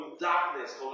darkness